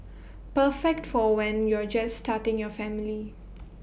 perfect for when you're just starting your family